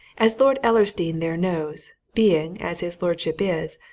as lord ellersdeane there knows being, as his lordship is,